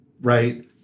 right